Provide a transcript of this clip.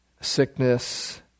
sickness